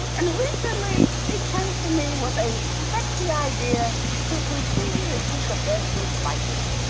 and recently, he came to me with a sexy idea to continue to keep the bedroom spicy.